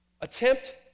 attempt